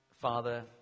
Father